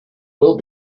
will